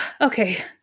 Okay